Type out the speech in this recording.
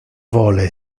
vole